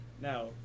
Now